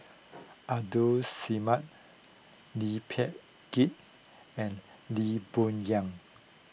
Abdul Samad Lee Peh Gee and Lee Boon Yang